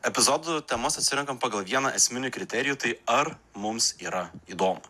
epizodų temas atsirenkam pagal vieną esminį kriterijų tai ar mums yra įdomu